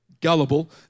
gullible